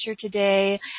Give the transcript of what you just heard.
today